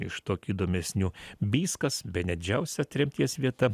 iš tokių įdomesnių byskas bene didžiausia tremties vieta